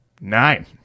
Nine